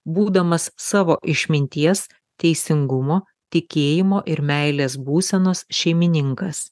būdamas savo išminties teisingumo tikėjimo ir meilės būsenos šeimininkas